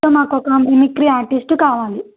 so మాకొక mimicry artist కావాలి